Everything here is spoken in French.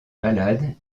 ballades